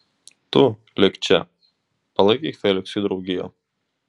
tu lik čia palaikyk feliksui draugiją